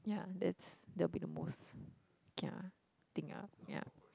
yeah that's that'll be the most kia thing ah